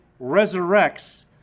resurrects